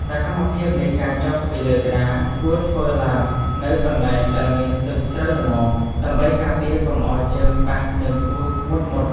សកម្មភាពនៃការចុះពីលើក្តារ គួរធ្វើឡើងនៅកន្លែងដែលមានទឹកជ្រៅល្មម ដើម្បីការពារកុំឱ្យជើងប៉ះនឹងគ្រួសមុតៗ។